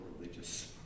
religious